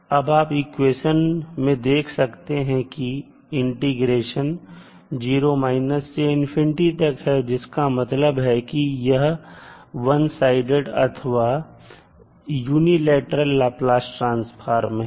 अब आप इक्वेशन में देख सकते हैं कि इंटीग्रेशन 0 से तक है जिसका मतलब है कि यह वन साइडेड अथवा यूनिलैटरल लाप्लास ट्रांसफॉर्म है